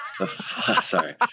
Sorry